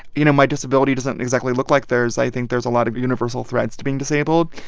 you know, my disability doesn't exactly look like theirs, i think there's a lot of universal threads to being disabled.